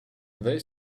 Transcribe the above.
they